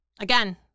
Again